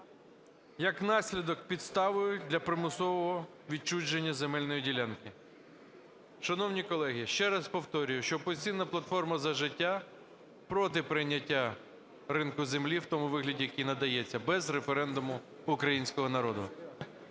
як наслідок, підставою для примусового відчуження земельної ділянки." Шановні колеги, ще раз повторюю, що "Опозиційна платформа - За життя" проти прийняття ринку землі в тому вигляді, який надається, без референдуму українського народу.